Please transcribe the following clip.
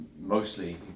mostly